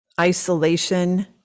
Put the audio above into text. isolation